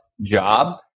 job